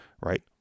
Right